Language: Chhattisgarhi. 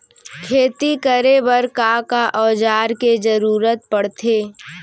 खेती करे बर का का औज़ार के जरूरत पढ़थे?